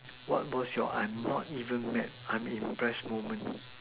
what was your I'm not even mad I'm impressed moment